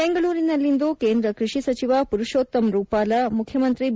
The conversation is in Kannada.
ಬೆಂಗಳೂರಿನಲ್ಲಿಂದು ಕೇಂದ್ರ ಕೃಷಿ ಸಚಿವ ಪುರುಷೋತ್ತಮ್ ರೂಪಾಲ ಮುಖ್ಯಮಂತ್ರಿ ಬಿ